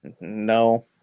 No